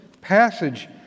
passage